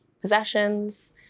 possessions